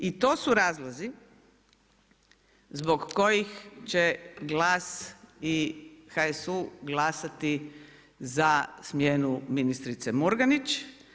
I to su razlozi zbog kojih će GLAS i HSU glasati za smjenu ministrice Murganić.